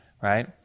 right